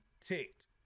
ticked